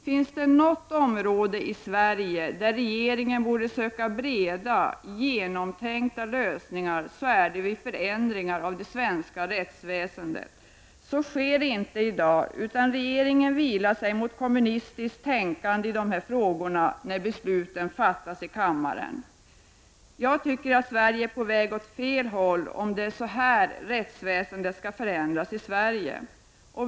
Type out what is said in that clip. Finns det något område i Sverige där regeringen borde söka breda, genomtänkta lösningar är det vid förändringar av det svenska rättsväsendet. Så sker inte i dag, utan regeringen vilar sig mot kommunistiskt tänkande i de här frågorna när besluten fattas i kammaren. Jag tycker att Sverige är på väg åt fel håll, om det är så här rättsväsendet skall förändras i Sverige.